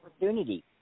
Opportunity